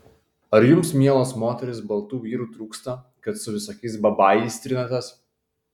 ar jums mielos moterys baltų vyrų trūksta kad su visokiais babajais trinatės